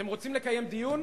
אתם רוצים לקיים דיון?